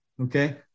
okay